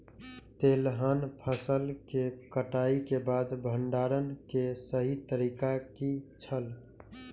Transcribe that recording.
तेलहन फसल के कटाई के बाद भंडारण के सही तरीका की छल?